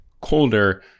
colder